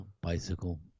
bicycle